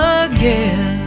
again